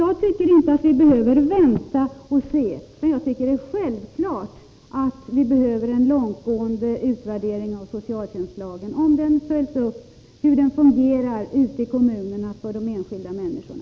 Jag anser inte att vi behöver vänta och se, därför att jag anser att det är självklart att vi behöver en långtgående utvärdering av socialtjänstlagen — om den följs upp och hur den fungerar ute i kommunerna för de enskilda människorna.